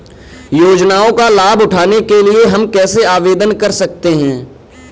योजनाओं का लाभ उठाने के लिए हम कैसे आवेदन कर सकते हैं?